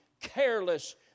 Careless